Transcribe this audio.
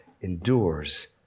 endures